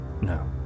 No